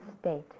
state